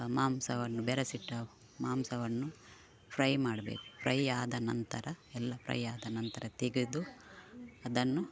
ಮಾಂಸವನ್ನು ಬೆರಸಿಟ್ಟ ಮಾಂಸವನ್ನು ಫ್ರೈ ಮಾಡ್ಬೇಕು ಫ್ರೈ ಆದ ನಂತರ ಎಲ್ಲ ಫ್ರೈ ಆದ ನಂತರ ತೆಗೆದು ಅದನ್ನು